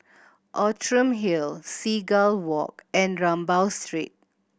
Outram Hill Seagull Walk and Rambau Street